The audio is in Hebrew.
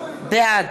בעד